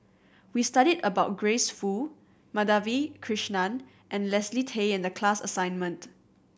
we studied about Grace Fu Madhavi Krishnan and Leslie Tay in the class assignment